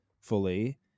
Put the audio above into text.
fully